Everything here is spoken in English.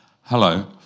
Hello